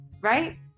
right